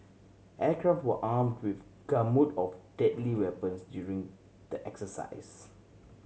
aircraft were armed with gamut of deadly weapons during the exercise